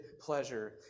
pleasure